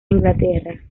inglaterra